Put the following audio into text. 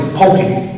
poking